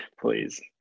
Please